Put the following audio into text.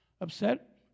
upset